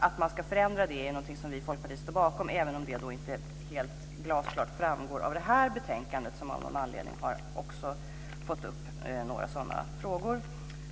Att man ska förändra det här är någonting som vi i Folkpartiet står bakom, även om det inte framgår helt glasklart av det här betänkandet, där det av någon anledning också finns med några sådana frågor.